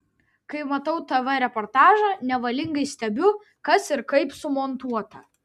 kai matau tv reportažą nevalingai stebiu kas ir kaip sumontuota